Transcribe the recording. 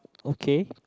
okay